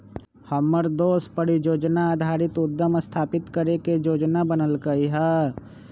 हमर दोस परिजोजना आधारित उद्यम स्थापित करे के जोजना बनलकै ह